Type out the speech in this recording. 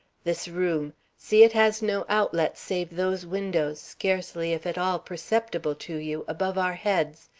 this room see, it has no outlet save those windows, scarcely if at all perceptible to you, above our heads,